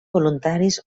voluntaris